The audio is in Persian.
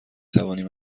توانیم